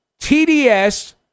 TDS